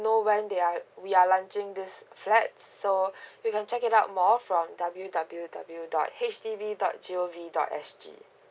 know when they are we are lunching this flat so we can check it out more from w w w dot H D B dot g o v dot s g